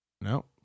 No